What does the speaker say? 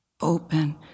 open